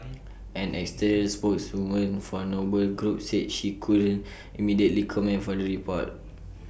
an external spokeswoman for noble group said she couldn't immediately comment for the report